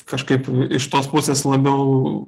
kažkaip iš tos pusės labiau